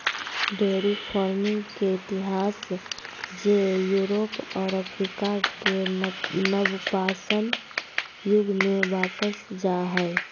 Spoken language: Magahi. डेयरी फार्मिंग के इतिहास जे यूरोप और अफ्रीका के नवपाषाण युग में वापस जा हइ